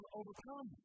overcome